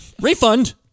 Refund